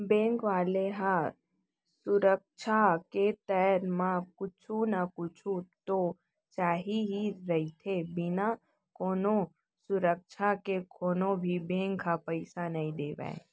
bank वाले ल सुरक्छा के तौर म कुछु न कुछु तो चाही ही रहिथे, बिना कोनो सुरक्छा के कोनो भी बेंक ह पइसा नइ देवय